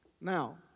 Now